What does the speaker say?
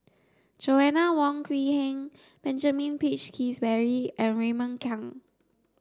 Joanna Wong Quee Heng Benjamin Peach Keasberry and Raymond Kang